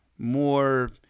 more